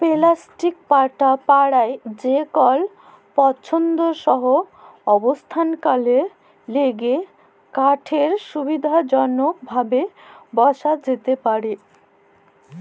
plastic পাটা পারায় যেকল পসন্দসই অবস্থালের ল্যাইগে কাঠেরলে সুবিধাজলকভাবে বসা যাতে পারহে